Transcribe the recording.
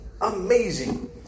amazing